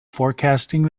forecasting